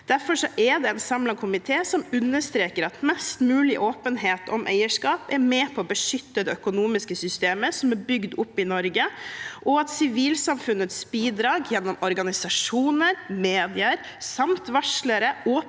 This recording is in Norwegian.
som understreker at mest mulig åpenhet om eierskap er med på å beskytte det økonomiske systemet som er bygd opp i Norge, og at sivilsamfunnets bidrag gjennom organisasjoner, medier samt varslere og publikum